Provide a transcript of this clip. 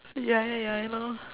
ya ya ya I know